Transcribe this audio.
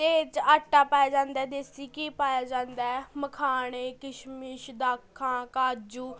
ਅਤੇ ਇਹ 'ਚ ਆਟਾ ਪਾਇਆ ਜਾਂਦਾ ਹੈ ਦੇਸੀ ਘੀ ਪਾਇਆ ਜਾਂਦਾ ਹੈ ਮਖਾਣੇ ਕਿਸ਼ਮਿਸ਼ ਦਾਖ਼ਾ ਕਾਜੂ